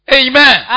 amen